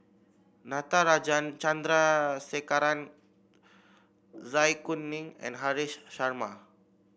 Natarajan Chandrasekaran Zai Kuning and Haresh Sharma